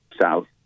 south